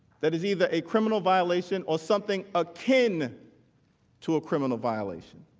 that is either a criminal violation or something ah can to a criminal violation.